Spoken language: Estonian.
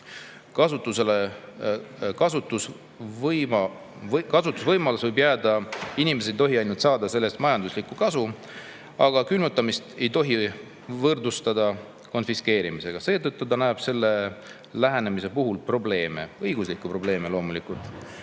kasutusvõimalus võib jääda, inimesed ei tohi ainult saada sellest majanduslikku kasu, aga külmutamist ei tohi võrdsustada konfiskeerimisega. Seetõttu näeb Tupay selle lähenemise puhul õiguslikke probleeme. Probleem